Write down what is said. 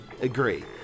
agree